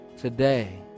Today